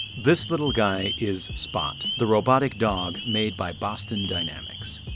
this little guy is spot, the robotic dog made by boston dynamics.